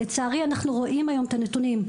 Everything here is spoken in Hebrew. לצערי, אנחנו רואים היום את הנתונים.